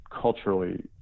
culturally